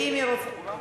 כולם מסכימים.